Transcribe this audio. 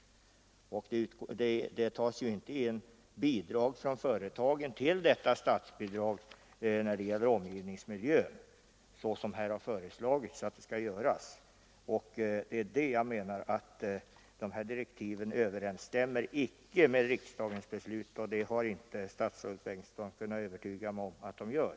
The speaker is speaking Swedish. Det tas ju inte in bidrag från företagen till detta statsbidrag för omgivningsmiljön såsom föreslagits här. Jag menar alltså att de här direktiven inte överensstämmer med riksdagens beslut. Det har inte statsrådet Bengtsson kunnat övertyga mig om att de gör.